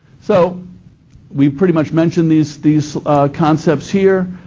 so we pretty much mentioned these these concepts here.